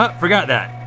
ah forgot that.